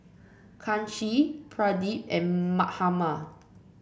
Kanshi Pradip and Mahatma